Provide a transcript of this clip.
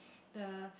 the